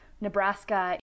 Nebraska